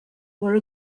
were